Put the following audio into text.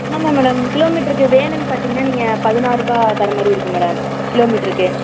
ஆமாம் மேடம் கிலோமீட்டருக்கு வேனுன்னு பார்த்தீங்கன்னா நீங்கள் பதினாறுரூபா தரா மாதிரி இருக்கும் மேடம் கிலோமீட்டருக்கு